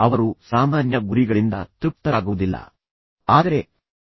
ಅವರು ಸಾಮಾನ್ಯ ಗುರಿಗಳಿಂದ ತೃಪ್ತರಾಗುವುದಿಲ್ಲ ಆದರೆ ಅವರು ಸವಾಲಿನ ಗುರಿಗಳನ್ನು ಹೊಂದಿಸಲು ಬಯಸುತ್ತಾರೆ